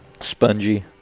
spongy